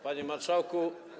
Panie Marszałku!